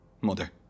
Mother